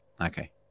Okay